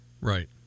Right